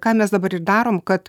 ką mes dabar ir darom kad